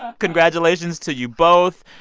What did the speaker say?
congratulations to you both.